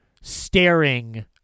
staring